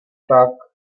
tak